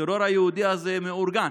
הטרור היהודי הזה מאורגן,